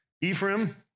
Ephraim